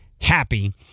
happy